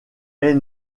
est